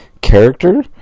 character